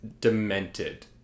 demented